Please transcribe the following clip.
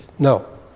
No